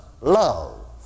love